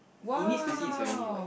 he needs to see his family what